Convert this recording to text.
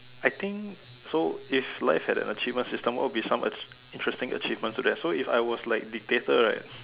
I think so if life had an achievement system what would be some in~ interesting achievement to that so if I was like dictator right